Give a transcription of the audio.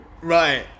right